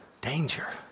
Danger